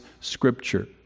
scripture